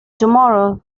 tomorrow